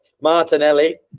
Martinelli